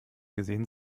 gesehen